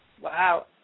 Wow